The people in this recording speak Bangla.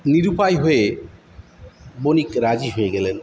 নিরুপায় হয়ে বণিক রাজি হয়ে গেলেন